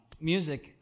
music